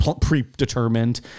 predetermined